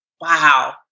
wow